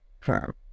firm